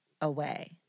away